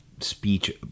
speech